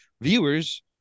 viewers